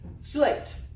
slate